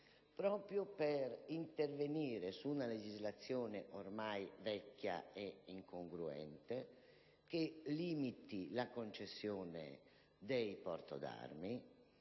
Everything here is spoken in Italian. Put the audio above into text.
proprio per intervenire su una legislazione ormai vecchia e incongruente, affinché si limiti la concessione del porto d'armi,